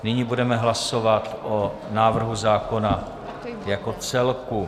Nyní budeme hlasovat o návrhu zákona jako celku.